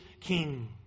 King